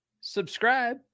subscribe